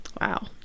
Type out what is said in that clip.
Wow